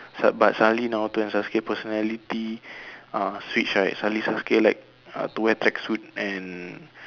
but s~ suddenly Naruto and Sasuke personality uh switch right suddenly Sasuke like uh to wear track suit and